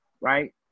right